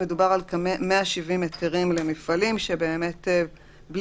מדובר על כ-170 היתרים למפעלים שאם הם